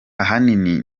ahanini